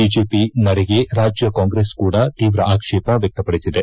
BJP ನಡೆಗೆ ರಾಜ್ಯ ಕಾಂಗ್ರೆಸ್ ಕೂಡ ತೀವ್ರ ಆಕ್ಷೇಪ ವ್ಯಕ್ತಪಡಿಸಿದೆ